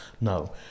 No